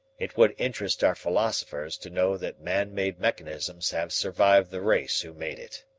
it would interest our philosophers to know that man-made mechanisms have survived the race who made it.